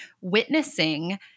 witnessing